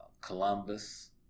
Columbus